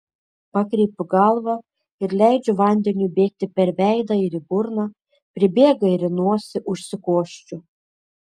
pakreipiu galvą ir leidžiu vandeniui bėgti per veidą ir į burną pribėga ir į nosį užsikosčiu